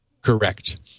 Correct